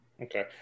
okay